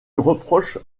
reproche